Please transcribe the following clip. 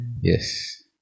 yes